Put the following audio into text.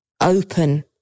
open